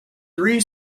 three